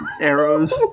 arrows